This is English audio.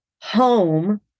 home